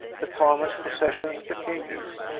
the farmer's possessions became his,